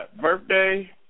birthday